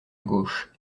gauche